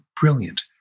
brilliant